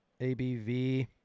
ABV